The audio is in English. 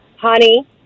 honey